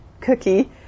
cookie